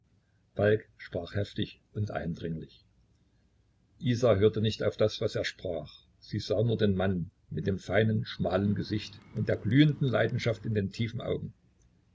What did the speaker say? falk sprach heftig und eindringlich isa hörte nicht auf das was er sprach sie sah nur den mann mit dem feinen schmalen gesicht und der glühenden leidenschaft in den tiefen augen